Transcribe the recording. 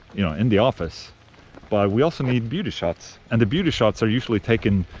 you know, in the office but we also need beauty shots and the beauty shots are usually taken